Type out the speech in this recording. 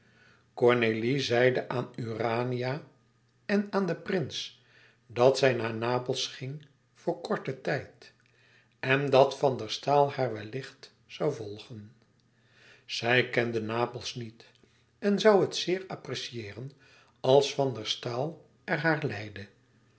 cornélie zeide aan urania en aan den prins dat zij naar napels ging voor korten tijd en dat van der staal haar wellicht zoû volgen zij kende napels niet en zoû het zeer apprecieeren als van der staal er haar leidde